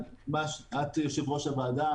את יושבת-ראש הוועדה,